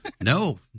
No